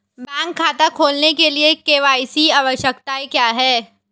Bank खाता खोलने के लिए के.वाई.सी आवश्यकताएं क्या हैं?